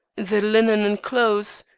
the linen and clothes,